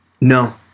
No